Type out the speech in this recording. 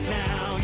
now